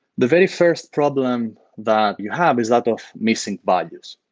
the very first problem that you have is that of missing values.